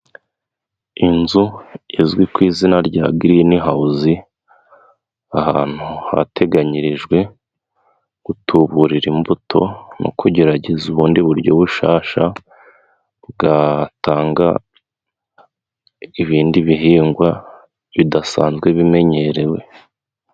Inzu izwi ku izina rya (green house), ahantu hateganyirijwe gutuburira imbuto, mu kugerageza ubundi buryo bushya bwatanga ibindi bihingwa bidasanzwe bimenyerewe.